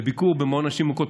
בביקור במעון לנשים מוכות,